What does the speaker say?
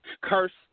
cursed